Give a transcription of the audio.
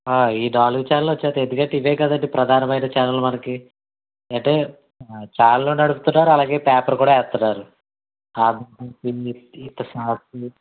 ఈ నాలుగు ఛానెళ్ళు వచ్చేస్తాయి ఎందుకంటే ఇవే కదండి ప్రధానమైన ఛానెళ్ళు మనకి అంటే ఛానెల్ నడుపుతున్నారు అలాగే పేపరు కూడా వేస్తున్నారు